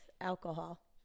alcohol